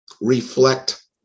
reflect